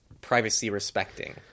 privacy-respecting